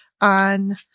on